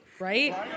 Right